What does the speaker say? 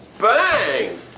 bang